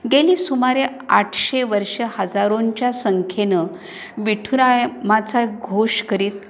गेली सुमारे आठशे वर्षं हजारोंच्या संख्येनं विठुरायमाचा घोष करीत